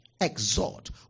exhort